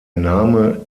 name